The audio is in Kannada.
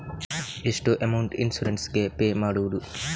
ಎಷ್ಟು ಅಮೌಂಟ್ ಇನ್ಸೂರೆನ್ಸ್ ಗೇ ಪೇ ಮಾಡುವುದು?